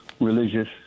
religious